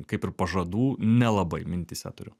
kaip ir pažadų nelabai mintyse turiu